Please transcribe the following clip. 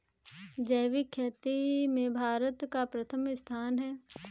जैविक खेती में भारत का प्रथम स्थान है